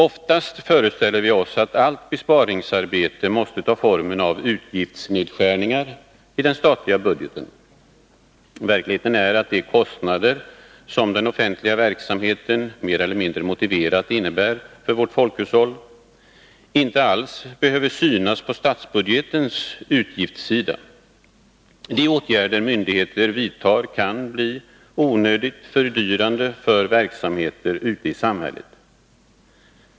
Oftast föreställer vi oss att allt besparingsarbete måste ta formen av utgiftsnedskärningar i den statliga budgeten. Verkligheten är att de kostnader som den offentliga verksamheten — mer eller mindre motiverat — innebär för vårt folkhushåll inte alls behöver synas på statsbudgetens utgiftssida. De åtgärder som myndigheter vidtar kan bli onödigt fördyrande för verksamheter ute i samhället.